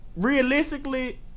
realistically